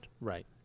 Right